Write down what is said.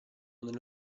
nello